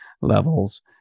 levels